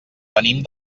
venim